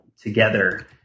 together